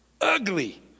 ugly